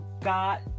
got